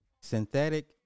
synthetic